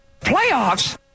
Playoffs